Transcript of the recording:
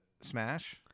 smash